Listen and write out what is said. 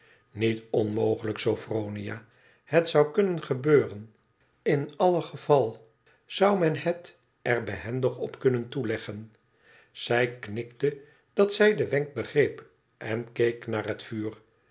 niet onmogelijk sophronia het zou kunnen gebeuren in alle geval zou men het er behendig op kunnen toeleggen zij knikte dat zij den wenk begreep en keek naar het vuur